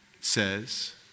says